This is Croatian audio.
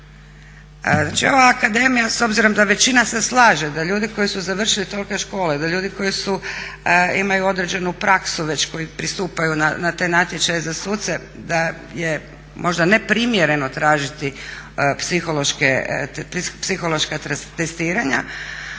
Znači ova akademija s obzirom da većina se slaže da ljudi koji su završili tolike škole, da ljudi koji imaju određenu praksu već, koji pristupaju na te natječaje za suce, da je možda neprimjereno tražiti psihološka testiranja.